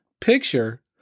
picture